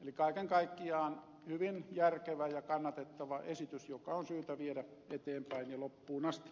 eli kaiken kaikkiaan hyvin järkevä ja kannatettava esitys joka on syytä viedä eteenpäin ja loppuun asti